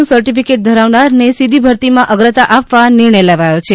નું સર્ટિફિકેટ ધરાવનારને સીધી ભરતીમાં અગ્રતા આપવા નિર્ણય લેવાયો છે